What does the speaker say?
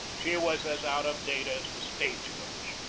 she was as out of date as the stage-coach.